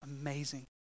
amazing